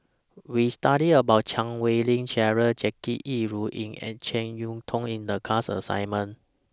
We studied about Chan Wei Ling Cheryl Jackie Yi Ru Ying and Jek Yeun Thong in The class assignment